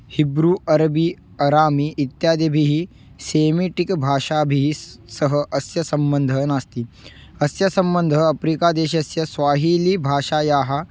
Hebrew अरबी अरामि इत्यादिभिः सेमिटिक् भाषाभिः स् सह अस्य सम्बन्धः नास्ति अस्य सम्बन्धः अप्रिकादेशस्य स्वाहिलीभाषायाः